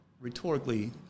rhetorically